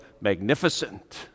magnificent